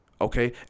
Okay